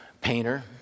painter